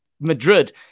Madrid